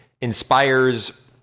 inspires